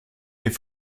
est